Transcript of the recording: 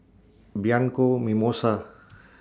Bianco Mimosa